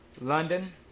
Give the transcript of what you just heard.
London